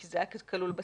כי זה היה כלול בצו.